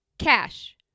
Cash